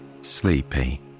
sleepy